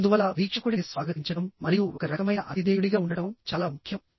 అందువల్ల వీక్షకుడిని స్వాగతించడం మరియు ఒక రకమైన అతిధేయుడిగా ఉండటం చాలా ముఖ్యం